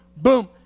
Boom